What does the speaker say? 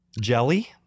Jelly